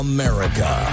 America